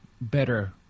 better